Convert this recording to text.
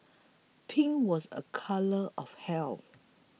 pink was a colour of health